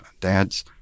dad's